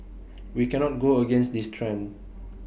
we cannot go against this trend